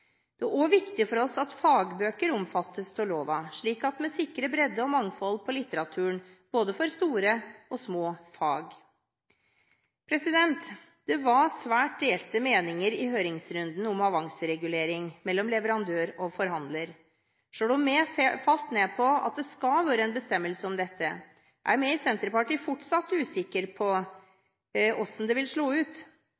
Det er også viktig for oss at fagbøker omfattes av loven, slik at vi sikrer bredde og mangfold i litteraturen for både store og små fag. Det var svært delte meninger i høringsrunden om avanseregulering mellom leverandør og forhandler. Selv om vi falt ned på at det skal være en bestemmelse om dette, er vi i Senterpartiet fortsatt usikre på